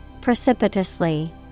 precipitously